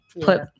put